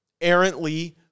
errantly